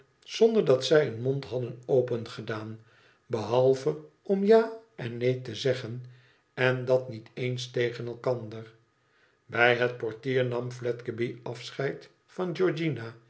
zonder dat zij een mond hadden opengedaan behalve om ja en neen te zeggen en dat niet eens tegen elkander bij het portier nam fledgeby afscheid van